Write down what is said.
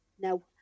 no